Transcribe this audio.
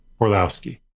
Orlowski